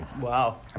Wow